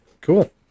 Cool